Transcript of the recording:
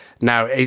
Now